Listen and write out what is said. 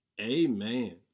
Amen